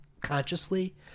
consciously